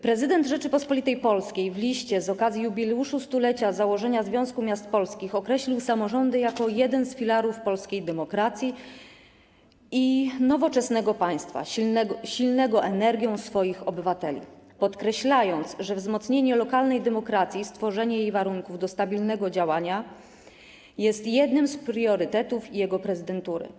Prezydent Rzeczypospolitej Polskiej w liście z okazji jubileuszu 100-lecia założenia Związku Miast Polskich określił samorządy jako jeden z filarów polskiej demokracji i nowoczesnego państwa, silnego energią swoich obywateli, podkreślając, że wzmocnienie lokalnej demokracji i stworzenie jej warunków do stabilnego działania jest jednym z priorytetów jego prezydentury.